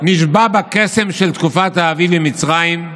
נשבה בקסם של תקופת האביב עם מצרים,